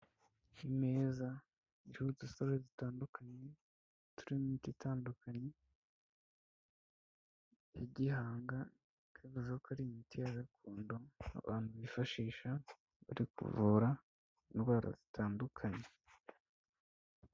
Imeza y'udusorrori dutandukanye, turimo imiti itandukanye, ya gihanga, igaragaza ko ari imitI ya gakondo, abantu bifashisha bari kuvura indwara zitandukanye.